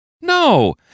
No